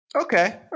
Okay